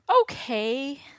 okay